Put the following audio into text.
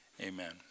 Amen